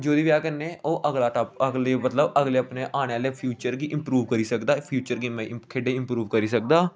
जेह्दी बजह कन्नै ओह् अगला अगली अपने आने आहले फ्यूचर गी इंप्रूव करी सकदा फ्यूचर गी खेढे गी इंप्रूव करी सकदा